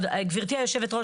גבירתי היו"ר,